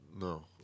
No